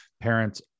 parents